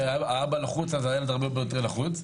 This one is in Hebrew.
כשהאבא לחוץ, אז הילד הרבה יותר לחוץ.